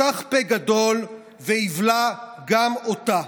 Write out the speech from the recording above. יפתח פה גדול ויבלע גם אותה.